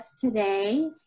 today